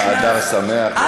אני מאחל לך אדר שמח ופורים שמח.